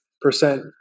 percent